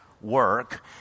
work